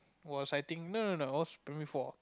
was I think no no no was primary four